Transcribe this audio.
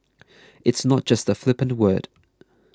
it's not just a flippant word